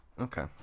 okay